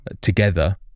together